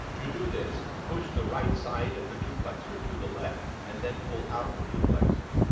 to do this, push the right side of the duplexer to the left and then pull out the duplexer.